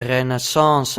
renaissance